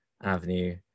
avenue